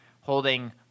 holding